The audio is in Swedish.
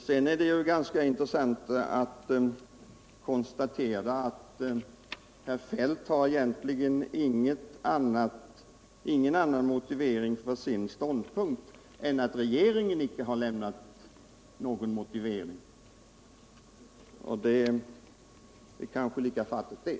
Det är vidare rätt intressant att konstatera att herr Feldt egentligen inte har någon annan motivering för sin ståndpunkt än att regeringen icke har lämnat någon motivering. Det är kanske lika fattigt det.